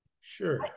Sure